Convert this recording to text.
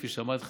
כפי שאמרתי לך,